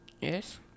yes